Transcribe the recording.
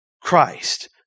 Christ